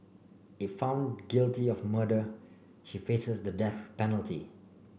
if found guilty of murder she faces the death penalty